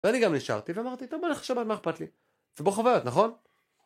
ואני גם נשארתי, ואמרתי, טוב, נלך לשבת, מה אכפת לי? לצבור חוויות, נכון?